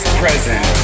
present